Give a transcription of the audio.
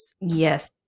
Yes